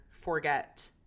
forget